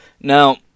Now